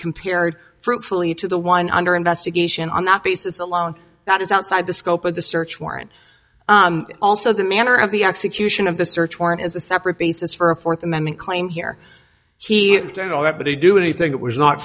compared fruitfully to the one under investigation on that basis alone that is outside the scope of the search warrant also the manner of the execution of the search warrant is a separate basis for a fourth amendment claim here he is doing all that but he do anything that was not